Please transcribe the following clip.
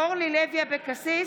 (קוראת בשמות חברי הכנסת) אורלי לוי אבקסיס,